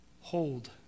hold